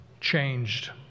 changed